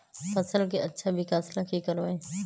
फसल के अच्छा विकास ला की करवाई?